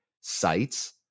sites